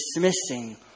dismissing